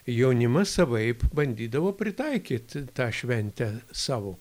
jaunimas savaip bandydavo pritaikyti tą šventę savo